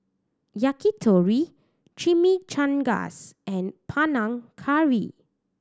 Yakitori Chimichangas and Panang Curry